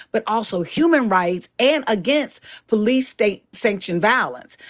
but also human rights and against police state sanctioned violence.